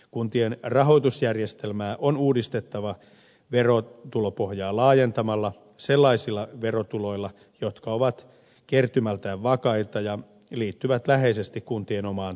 kuntien rahoitusjärjestelmää on uudistettava verotulopohjaa laajentamalla sellaisilla verotuloilla jotka ovat kertymältään vakaita ja liittyvät läheisesti kuntien omaan toimintaan